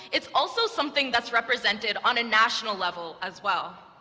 it's also something that's represented on a national level as well.